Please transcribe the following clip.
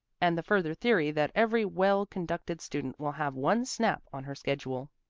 and the further theory that every well conducted student will have one snap on her schedule.